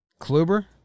Kluber